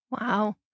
Wow